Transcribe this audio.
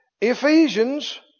Ephesians